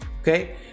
Okay